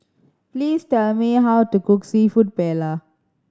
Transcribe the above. please tell me how to cook Seafood Paella